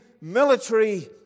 military